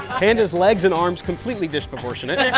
panda's legs and arms, completely disproportionate.